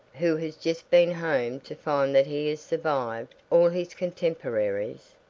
who has just been home to find that he has survived all his contemporaries.